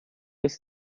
ist